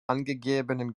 angegebenen